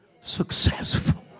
successful